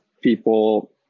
people